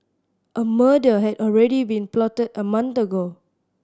a murder had already been plotted a month ago